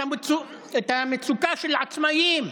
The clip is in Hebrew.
את המצוקה של העצמאים,